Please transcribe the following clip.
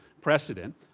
precedent